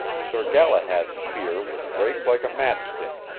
sir galahad's spear would break like a matchstick,